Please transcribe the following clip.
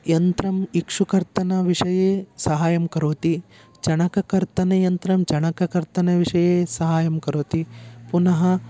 यन्त्रम् इक्षुकर्तनविषये सहायं करोति चणककर्तनयन्त्रं चणककर्तनविषये सहायं करोति पुनः